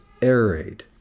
aerate